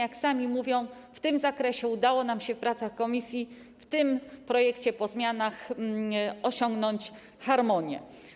Jak sami mówią, w tym zakresie udało nam się w trakcie prac w komisji w tym projekcie po zmianach osiągnąć harmonię.